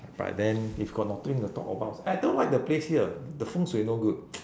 but then if got nothing to talk about I don't like the place here the feng shui no good